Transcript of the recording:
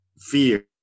fear